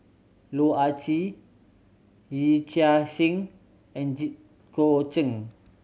Loh Ah Chee Yee Chia Hsing and Jit Koon Ch'ng